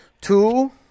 Two